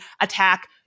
attack